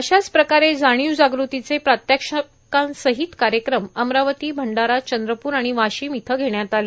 अशाच प्रकारे जाणीव जागृतीचे प्रात्याक्षिकांसहित कार्यक्रम अमरावती भंडारा चंद्रप्र आणि वाशिम इथं घेण्यात आले